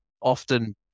Often